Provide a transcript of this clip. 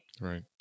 Right